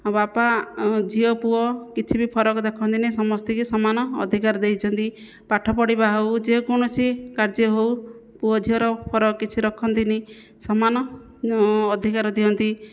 ବାପା ଝିଅ ପୁଅ କିଛି ବି ଫରକ ଦେଖନ୍ତି ନାହିଁ ସମସ୍ତଙ୍କୁ ସମାନ ଅଧିକାର ଦେଇଛନ୍ତି ପାଠପଢ଼ିବା ହେଉ ଯେକୌଣସି କାର୍ଯ୍ୟ ହେଉ ପୁଅ ଝିଅର ଫରକ କିଛି ରଖନ୍ତି ନାହିଁ ସମାନ ଅଧିକାର ଦିଅନ୍ତି